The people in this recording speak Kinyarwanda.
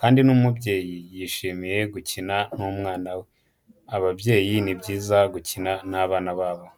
kandi n'umubyeyi yishimiye gukina n'umwana we. Ababyeyi ni byiza gukina n'abana babo.